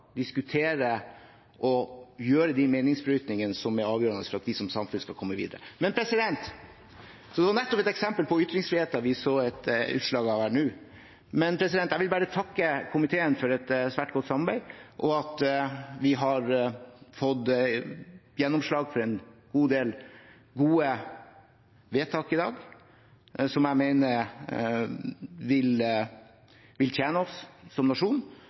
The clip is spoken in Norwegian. diskutere og ha de meningsbrytningene som er avgjørende for at vi som samfunn skal komme videre. Det var nettopp et eksempel på ytringsfriheten vi så et utslag av her nå. Jeg vil bare takke komiteen for et svært godt samarbeid, og for at vi i dag har fått gjennomslag for en god del gode vedtak, som jeg mener vil tjene oss som nasjon.